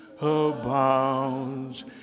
abounds